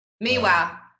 Meanwhile